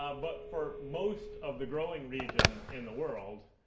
ah but for most of the growing region in the world,